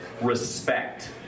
Respect